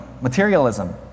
materialism